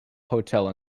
hotel